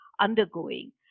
undergoing